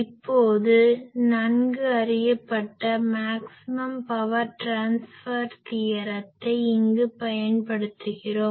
இப்போது நன்கு அறியப்பட்ட மேக்சிமம் பவர் ட்ரான்ஸ்ஃபர் தியரத்தை இங்கு பயன்படுத்துகிறோம்